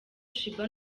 sheebah